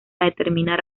determinar